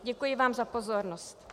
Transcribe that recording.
Děkuji vám za pozornost.